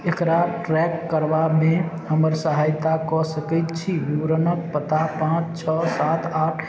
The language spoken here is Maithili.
एकरा ट्रैक करबामे हमर सहायता कऽ सकै छी वरणके पता पाँच छओ सात आठ